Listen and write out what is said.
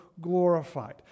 glorified